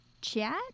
chat